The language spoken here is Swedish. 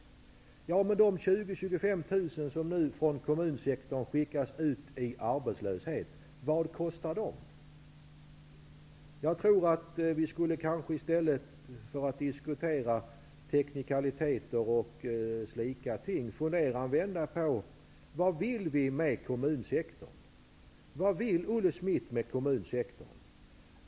Men vad kostar de 20 000-- 25 000 personer från kommunsektorn som nu skickas ut i arbetslöshet? Jag tror att vi i stället för att diskutera teknikaliteter och slika ting kanske skulle fundera en vända på vad vi vill åstadkomma inom kommunsektorn. Vad vill Olle Schmidt åstadkomma inom kommunsektorn?